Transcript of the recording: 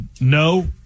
No